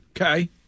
Okay